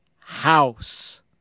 House